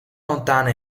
lontana